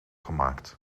gemaakt